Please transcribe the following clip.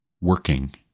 working